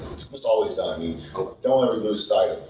it's almost always done. i mean ah don't ever lose sight